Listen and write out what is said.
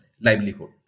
livelihood